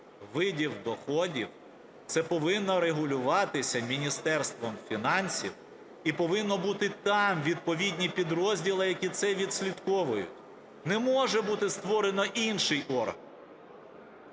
видів доходів - це повинно регулюватися Міністерством фінансів і повинні бути там відповідні підрозділи, які це відслідковують. Не може бути створено інший орган.